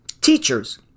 Teachers